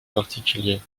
particuliers